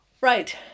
Right